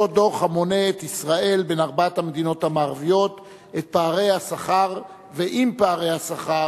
אותו דוח המונה את ישראל בין ארבע המדינות המערביות עם פערי השכר